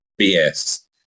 BS